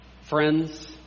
Friends